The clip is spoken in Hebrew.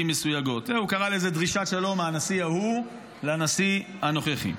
מסויגות." הוא קרא לזה דרישת שלום מהנשיא ההוא לנשיא הנוכחי.